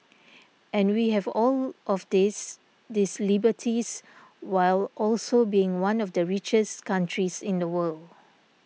and we have all of these these liberties while also being one of the richest countries in the world